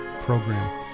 program